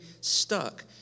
stuck